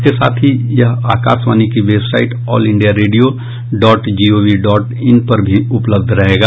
इसके साथ ही यह आकाशवाणी की website all India radio dot G O V पर भी उपलब्ध रहेगा